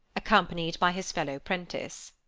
accompanied by his fellow-'prentice.